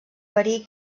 verí